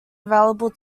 available